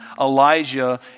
Elijah